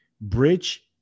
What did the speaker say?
Bridge